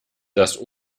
das